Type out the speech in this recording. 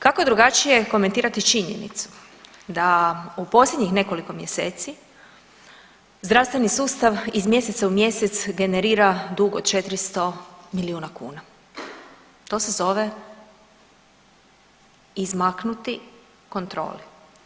Kako drugačije komentirati činjenicu da u posljednjih nekoliko mjeseci zdravstveni sustav iz mjeseca u mjesec generira dug od 400 milijuna kuna, to se zove izmaknuti kontroli.